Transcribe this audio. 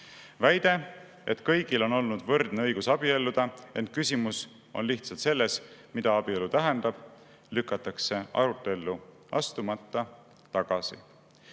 Väide, et kõigil on olnud võrdne õigus abielluda, ent küsimus on lihtsalt selles, mida abielu tähendab, lükatakse arutellu astumata tagasi. Samas